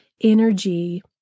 energy